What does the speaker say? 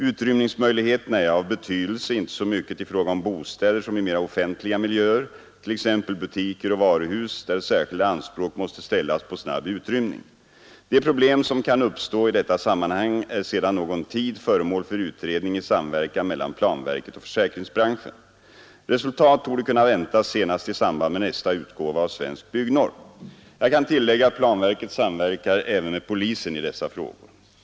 Utrymningsmöjligheterna är av betydelse, inte så mycket i fråga om bostäder som i mera offentliga miljöer, t.ex. butiker och varuhus, där särskilda anspråk måste ställas på snabb utrymning. De problem som kan uppstå i detta sammanhang är sedan någon tid föremål för utredning i samverkan mellan planverket och försäkringsbranschen. Resultat torde kunna väntas senast i samband med nästa utgåva av Svensk Byggnorm. Jag kan tillägga att planverket samverkar även med polisen i dessa frågor.